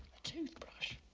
a toothbrush.